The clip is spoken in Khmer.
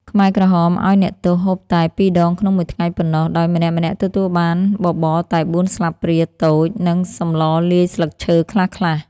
ខ្មែរក្រហមឱ្យអ្នកទោសហូបតែពីរដងក្នុងមួយថ្ងៃប៉ុណ្ណោះ ដោយម្នាក់ៗទទួលបានបបរតែបួនស្លាបព្រាតូច និងសម្លលាយស្លឹកឈើខ្លះៗ។